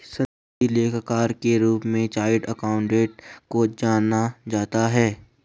सनदी लेखाकार के रूप में चार्टेड अकाउंटेंट को जाना जाता है